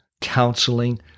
counseling